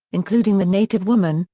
including the native woman,